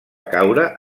caure